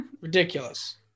ridiculous